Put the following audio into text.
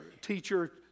teacher